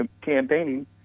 campaigning